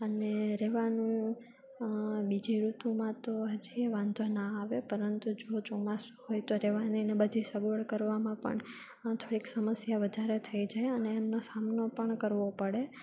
અને રહેવાનું બીજી ઋતુમાં તો હજીએ વાંધો ના આવે પરંતુ જો ચોમાસું હોય તો રહેવાની ને બધી સગવડ કરવામાં પણ થોડીક સમસ્યા વધારે થઈ જાય અને એમનો સામનો પણ કરવો પડે